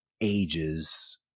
ages